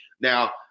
Now